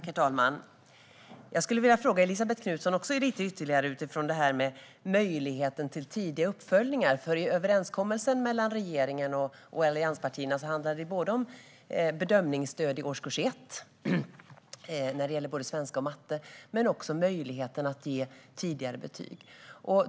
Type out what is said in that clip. Herr talman! Jag skulle vilja ställa någon ytterligare fråga till Elisabet Knutsson utifrån det här med möjligheten till tidiga uppföljningar. I överenskommelsen mellan regeringen och allianspartierna handlar det nämligen både om bedömningsstöd i årskurs 1 när det gäller svenska och matte och möjligheten att ge tidigare betyg.